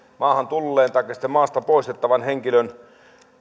maahan tulleen taikka sitten maasta poistettavan henkilön